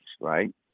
right